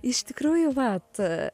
iš tikrųjų vat